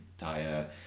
entire